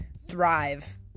thrive